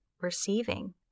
receiving